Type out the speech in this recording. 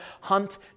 hunt